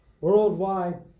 worldwide